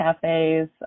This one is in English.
Cafes